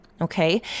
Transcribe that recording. Okay